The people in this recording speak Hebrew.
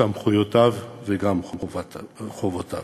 סמכויותיו וגם חובותיו.